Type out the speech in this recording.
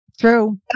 True